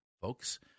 folks